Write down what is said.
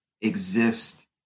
exist